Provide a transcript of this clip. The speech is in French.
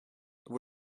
vous